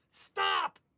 Stop